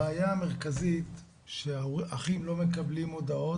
הבעיה המרכזית שהאחים לא מקבלים הודעות.